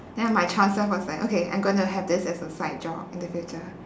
then my child self was like okay I'm gonna have this as a side job in the future